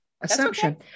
assumption